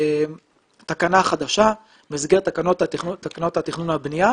תקנה חדשה במסגרת תקנות התכנון והבנייה